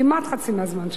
כמעט חצי מהזמן שלי.